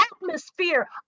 atmosphere